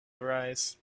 arise